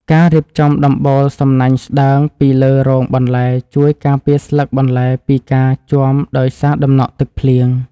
ការរៀបចំដំបូលសំណាញ់ស្តើងពីលើរងបន្លែជួយការពារស្លឹកបន្លែពីការជាំដោយសារតំណក់ទឹកភ្លៀង។